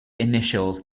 initials